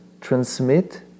transmit